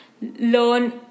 learn